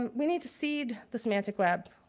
and we need to seed the semantic web.